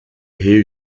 hear